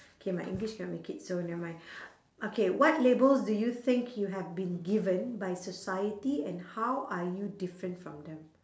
K my english cannot make it so never mind okay what labels do you think you have been given by society and how are you different from them